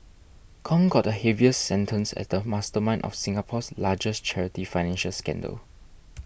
Kong got the heaviest sentence as the mastermind of Singapore's largest charity financial scandal